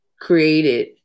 created